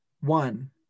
one